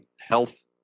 health